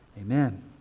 Amen